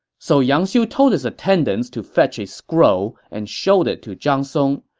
so yang xiu told his attendants to fetch a scroll and showed it to zhang song.